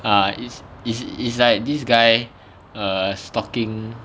uh is is is like this guy err stalking